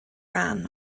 ran